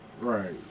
right